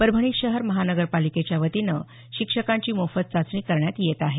परभणी शहर महानगरपालिकेच्यावतीनं शिक्षकांची मोफत चाचणी करण्यात येत आहे